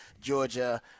Georgia